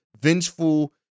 vengeful